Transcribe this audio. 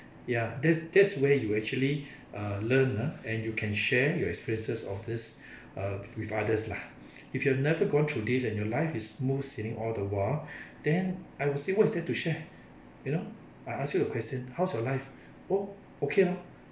ya that's that's the way you actually uh learn ah and you can share your experiences of this uh with others lah if you've never gone through these and your life is smooth sailing all the while then I will say what is there to share you know I ask you a question how's your life oh okay loh